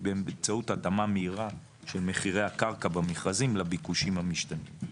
היא באמצעות התאמה מהירה של מחירי הקרקע במכרזים לביקושים המשתנים.